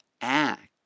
act